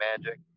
magic